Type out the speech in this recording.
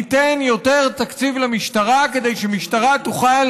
ניתן יותר תקציב למשטרה כדי שהמשטרה תוכל